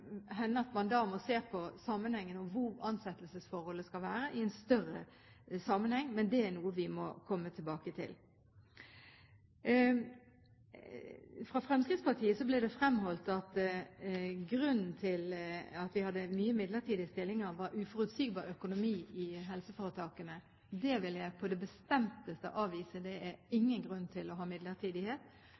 at man må se det i en større sammenheng, bl.a. hvor ansettelsesforholdet skal være, men det er noe vi må komme tilbake til. Fra Fremskrittspartiets side blir det fremholdt at grunnen til at vi hadde mange midlertidige stillinger, var uforutsigbar økonomi i helseforetakene. Det vil jeg på det mest bestemte avvise, det er ikke grunnen til